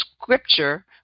scripture